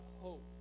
hope